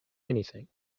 anything